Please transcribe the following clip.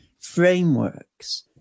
frameworks